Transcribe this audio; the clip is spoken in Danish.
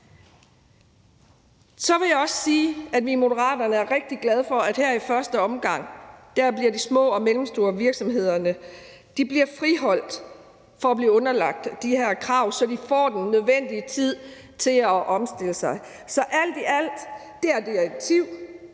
Så vil jeg også sige, at vi i Moderaterne er rigtig glade for, at her i første omgang bliver de små og mellemstore virksomheder friholdt fra at blive underlagt de her krav, så de får den nødvendige tid til at omstille sig. Så det her direktiv